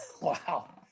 wow